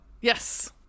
yes